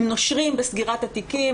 הם נושרים בסגירת התיקים.